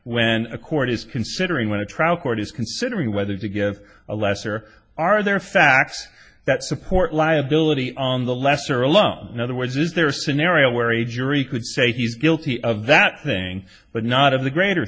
when a court is considering when a trial court is considering whether to give a lesser are there facts that support liability on the lesser alone in other words is there a scenario where a jury could say he's guilty of that thing but not of the greater